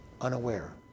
unaware